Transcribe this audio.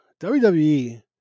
WWE